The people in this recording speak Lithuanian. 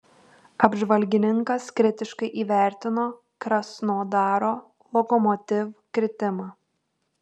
apžvalgininkas kritiškai įvertino krasnodaro lokomotiv kritimą